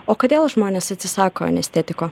o kodėl žmonės atsisako anestetiko